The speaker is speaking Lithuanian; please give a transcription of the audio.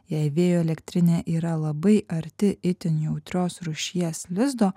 jei vėjo elektrinė yra labai arti itin jautrios rūšies lizdo